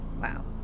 Wow